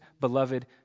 beloved